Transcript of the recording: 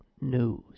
News